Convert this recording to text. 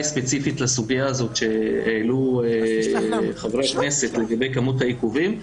ספציפית לסוגייה הזאת שהעלו חברי הכנסת לגבי כמות העיכובים.